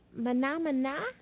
Manamana